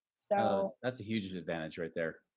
so. that's a huge advantage right there.